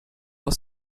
aus